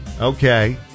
okay